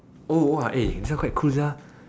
oh !wah! eh this one quite cool sia